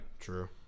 True